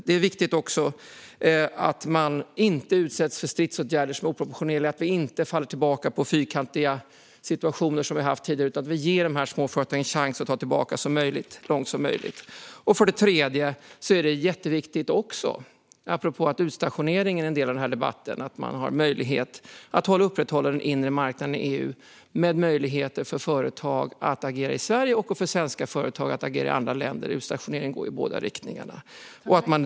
Det är viktigt att man inte utsätts för stridsåtgärder som är oproportionerliga och att vi inte faller tillbaka till fyrkantiga situationer som vi har haft tidigare utan att vi ger de små företagen en chans att ta sig tillbaka så långt som möjligt. Det tredje är också jätteviktigt, apropå att utstationeringen är en del av denna debatt: att man har möjlighet att upprätthålla den inre marknaden i EU med möjligheter för utländska företag att agera i Sverige och för svenska företag att agera i andra länder. Utstationeringen går i båda riktningarna.